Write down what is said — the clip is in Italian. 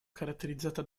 caratterizzata